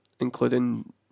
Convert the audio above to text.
including